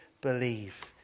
believe